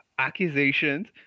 Accusations